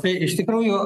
tai iš tikrųjų